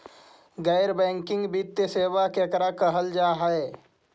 गैर बैंकिंग वित्तीय सेबा केकरा कहल जा है?